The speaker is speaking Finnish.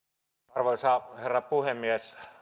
arvoisa herra puhemies